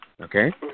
Okay